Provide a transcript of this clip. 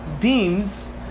beams